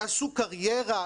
יעשו קריירה,